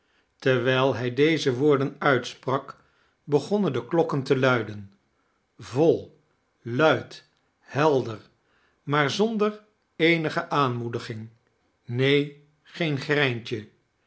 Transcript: terwijl hij deze woorden uitsprak begonnen de klokken te luiden vol luid helder maar zonder eenige aanmoediging neen geen greintje